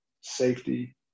safety